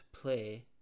play